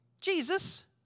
Jesus